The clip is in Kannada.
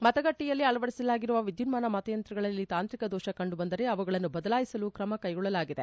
ಮತಗಟ್ಟೆಯಲ್ಲಿ ಅಳವಡಿಸಲಾಗಿರುವ ವಿದ್ಯುನ್ನಾನ ಮತಯಂತ್ರಗಳಲ್ಲಿ ತಾಂತ್ರಿಕ ದೋಷ ಕಂಡುಬಂದರೆ ಅವುಗಳನ್ನು ಬದಲಾಯಿಸಲೂ ಕ್ರಮ ಕೈಗೊಳ್ಳಲಾಗಿದೆ